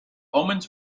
omens